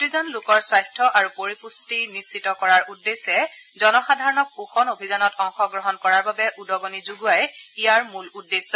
প্ৰতিজন লোকৰ স্বাস্থ্য আৰু পৰিপুষ্টি নিশ্চিতি কৰাৰ উদ্দেশ্যে জনসাধাৰণক পোষণ অভিযানত অংশগ্ৰহণ কৰাৰ বাবে উদগনি যোগোৱাই ইয়াৰ মূল উদ্দেশ্য